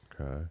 Okay